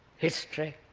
history,